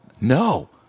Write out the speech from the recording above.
no